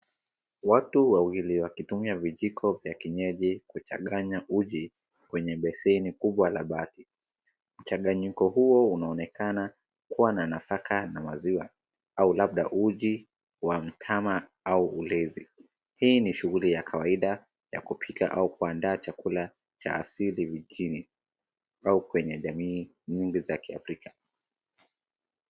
Watu wawili wakitumia vijiko vya kienyeji kuchanganya uji kwenye beseni kubwa la bati. Mchanganyiko huo unaonekana kuwa na nafaka na maziwa au labda uji wa mtama au ulezi. Hii ni shughuli ya kawaida ya kupika au kuandaa chakula cha asili vijijini au kwenye jamii nyingi za kiafrika.